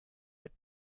mit